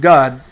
God